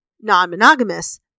non-monogamous